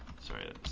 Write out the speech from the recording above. Sorry